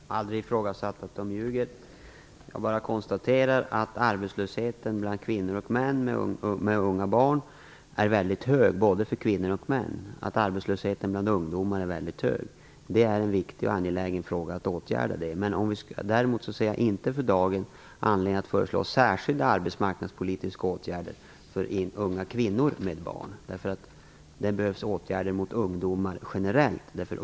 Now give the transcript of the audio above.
Herr talman! Jag har aldrig trott att de ljuger. Jag bara konstaterar att arbetslösheten är väldigt hög både bland kvinnor och män med unga barn och att arbetslösheten bland ungdomar är väldigt hög. Det är en viktig fråga, och det är angeläget att åtgärda problemet. Däremot ser jag inte för dagen anledning att föreslå särskilda arbetsmarknadspolitiska åtgärder för unga kvinnor med barn. Det behövs åtgärder för ungdomar generellt.